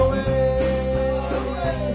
away